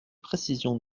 précision